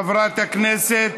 חברת הכנסת